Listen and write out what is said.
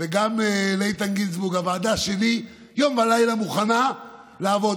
וגם לאיתן גינזבורג: הוועדה שלי יום ולילה מוכנה לעבוד,